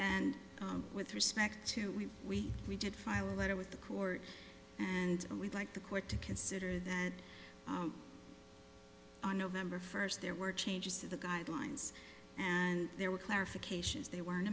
and with respect to we we we did file a letter with the court and we'd like the court to consider that on november first there were changes to the guidelines and there were clarifications there weren't